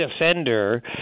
offender